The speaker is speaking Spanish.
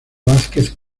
vázquez